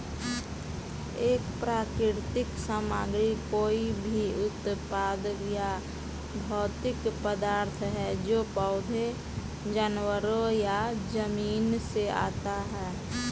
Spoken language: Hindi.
एक प्राकृतिक सामग्री कोई भी उत्पाद या भौतिक पदार्थ है जो पौधों, जानवरों या जमीन से आता है